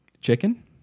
Chicken